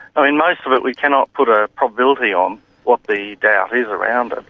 i mean, most of it we cannot put a probability on what the doubt is around it.